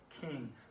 king